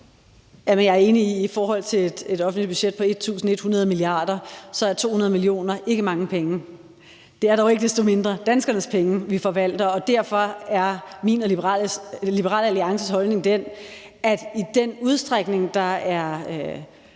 Jeg er enig i, at i forhold til et offentligt budget på 1.100 mia. kr. er 200 mio. kr. ikke mange penge. Det er dog ikke desto mindre danskernes penge, vi forvalter, og derfor er min og Liberal Alliances holdning den, at i den udstrækning, der er